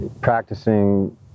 practicing